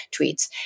tweets